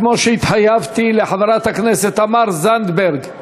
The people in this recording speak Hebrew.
כמו שהתחייבתי לחברת הכנסת תמר זנדברג,